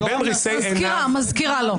אני מזכירה לו.